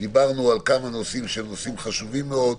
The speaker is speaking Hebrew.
דיברנו על כמה נושאים חשובים מאוד.